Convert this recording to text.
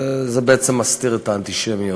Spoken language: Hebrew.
וזה בעצם מסתיר את האנטישמיות.